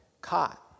caught